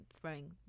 throwing